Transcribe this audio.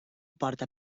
porta